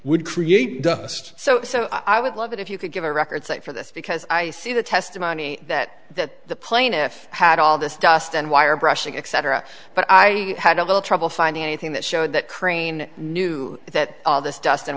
would create dust so i would love it if you could give a record cite for this because i see the testimony that that the plaintiff had all this dust and wire brushing etc but i had a little trouble finding anything that showed that crane knew that all this dust